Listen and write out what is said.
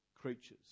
creatures